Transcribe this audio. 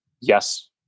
Yes